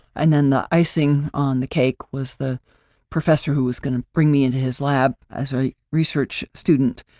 and then, the icing on the cake was the professor who was going to bring me in his lab as a research student,